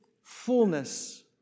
fullness